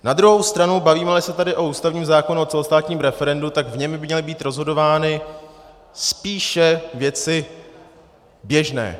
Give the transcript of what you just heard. Na druhou stranu, bavímeli se tady o ústavním zákonu o celostátním referendu, tak v něm by měly být rozhodovány spíše věci běžné.